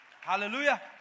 Hallelujah